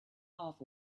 half